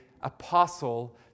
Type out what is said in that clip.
apostle